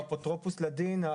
האפוטרופוס לדין,